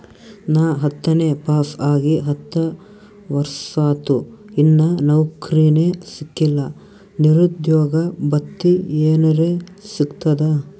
ನಾ ಹತ್ತನೇ ಪಾಸ್ ಆಗಿ ಹತ್ತ ವರ್ಸಾತು, ಇನ್ನಾ ನೌಕ್ರಿನೆ ಸಿಕಿಲ್ಲ, ನಿರುದ್ಯೋಗ ಭತ್ತಿ ಎನೆರೆ ಸಿಗ್ತದಾ?